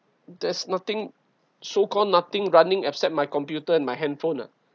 there's nothing so called nothing running except my computer and my handphone ah